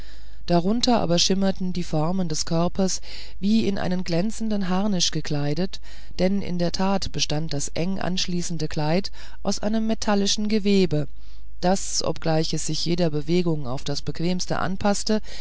darunter aber schimmerten die formen des körpers wie in einen glänzenden harnisch gekleidet denn in der tat bestand das eng anschließende kleid aus einem metallischen gewebe das obgleich es sich jeder bewegung auf das bequemste anpaßte